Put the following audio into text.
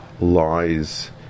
lies